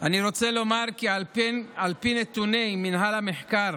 אני רוצה לומר כי על פי נתוני מינהל המחקר